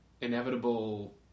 inevitable